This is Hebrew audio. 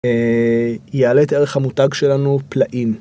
יעלה את ערך המותג שלנו פלאים.